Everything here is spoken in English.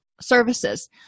services